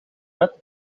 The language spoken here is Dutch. bed